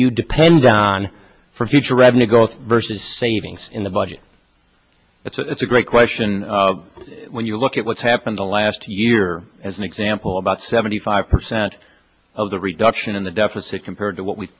you depend on for future revenue growth versus savings in the budget it's a great question when you look at what's happened the last year as an example about seventy five percent of the reduction in the deficit compared to what we